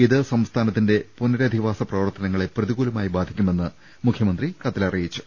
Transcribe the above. ഇത് സംസ്ഥാനത്തിന്റെ പുനരധിവാസ പ്രവർത്തനങ്ങളെ പ്രതികൂലമായി ബാധിക്കുമെന്നും മുഖ്യമന്ത്രി കത്തിൽ അറിയിച്ചു